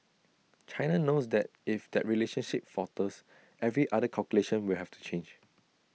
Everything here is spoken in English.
China knows that if that relationship falters every other calculation will have to change